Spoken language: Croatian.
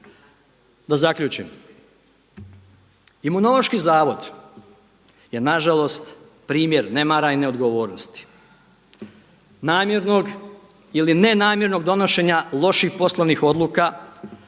Da zaključim. Imunološki zavod je nažalost primjer nemara i neodgovornosti, namjernog ili ne namjernog odnošenja loših poslovnih odluka,